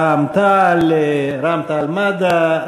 רע"ם-תע"ל-מד"ע,